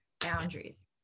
boundaries